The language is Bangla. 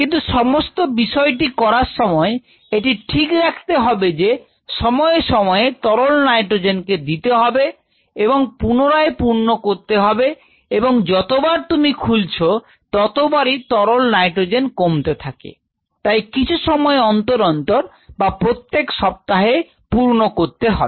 কিন্তু সমস্ত বিষয়টি করার সময় এটি ঠিক রাখতে হবে যে সময়ে সময়ে তরল নাইট্রোজেন কে দিতে হবে এবং পুনরায় পূর্ণ করতে হবে এবং যতবার তুমি খুলছো ততোবারই তরল নাইট্রোজেন কমতে থাকে তাই কিছু সময় অন্তর অন্তর বা প্রত্যেক সপ্তাহে পূর্ণ করতে হবে